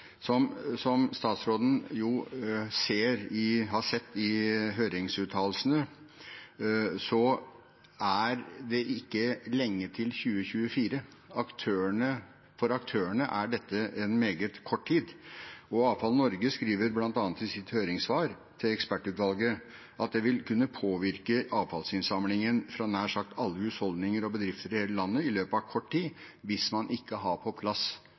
Som statsråden har sett av høringsuttalelsene, er det ikke lenge til 2024. For aktørene er dette meget kort tid, og Avfall Norge skriver bl.a. i sitt høringssvar til ekspertutvalget at det vil kunne påvirke avfallsinnsamlingen fra nær sagt alle husholdninger og bedrifter i hele landet i løpet av kort tid hvis man ikke har på plass